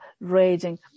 raging